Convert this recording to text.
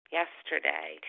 yesterday